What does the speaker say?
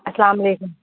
السلام علیکم